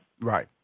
Right